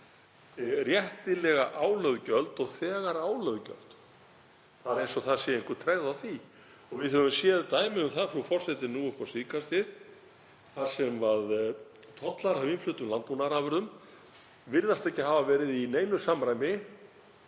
réttilega álögð gjöld og þegar álögð gjöld. Það er eins og það sé einhver tregða á því. Við höfum séð dæmi um það nú upp á síðkastið þar sem tollar af innfluttum landbúnaðarafurðum virðast ekki hafa verið í neinu samræmi